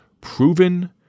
Proven